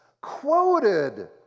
quoted